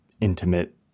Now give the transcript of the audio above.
intimate